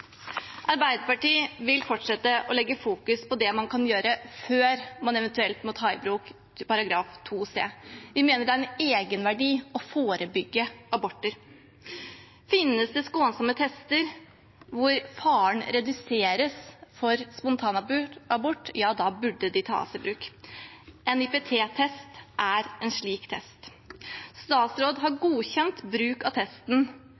Arbeiderpartiet vil fortsette å sette fokus på det man kan gjøre før man eventuelt må ta i bruk § 2 c. Vi mener det er en egenverdi å forebygge aborter. Finnes det skånsomme tester der faren for spontanabort reduseres, burde de tas i bruk. En NIPT-test er en slik test. Statsråden har godkjent bruk av testen,